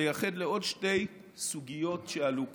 אני רוצה לייחד לעוד שתי סוגיות שעלות כאן.